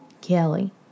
Kelly